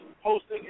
hosting